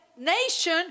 nation